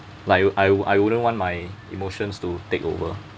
like I I wouldn't want my emotions to take over